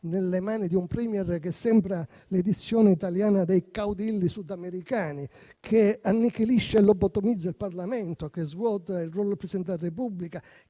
nelle mani di un *Premier*, che sembra l'edizione italiana dei caudilli sudamericani; che annichilisce e lobotomizza il Parlamento; che svuota il ruolo del Presidente della Repubblica;